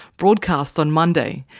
broadcast on monday.